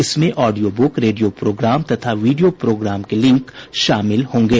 इसमें audio book radio program तथा video program के लिए लिंक शामिल होंगे